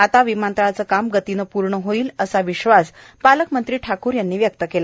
आता विमानतळाचे काम गतीने पूर्ण होईल असा विश्वास पालकमंत्री ठाकूर यांनी व्यक्त केला